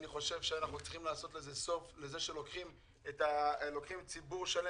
אני חושב שאנחנו צריכים לעשות סוף להכתמה של ציבור שלם.